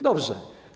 Dobrze.